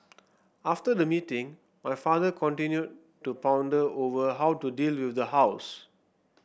after the meeting my father continued to ponder over how to deal with the house